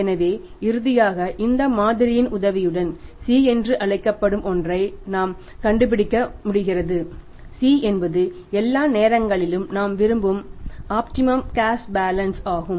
எனவே இறுதியாக இந்த மாதிரியின் உதவியுடன் C என்று அழைக்கப்படும் ஒன்றை நாம் கண்டுபிடிக்க முடிகிறது C என்பது எல்லா நேரங்களிலும் நாம் விரும்பும் ஆப்டிமம் கேஷ் பேலன்ஸ் ஆகும்